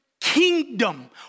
kingdom